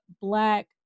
black